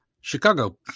Chicago